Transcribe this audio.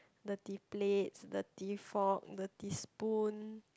dirty plates dirty fork dirty spoons